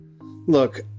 Look